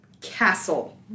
castle